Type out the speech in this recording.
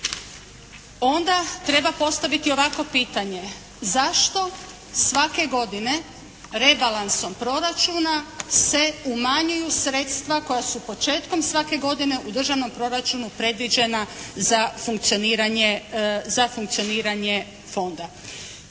onda treba postaviti ovakvo pitanje: Zašto svake godine rebalansom proračuna se umanjuju sredstva koja su početkom svake godine u Državnom proračunu predviđena za funkcioniranje Fonda?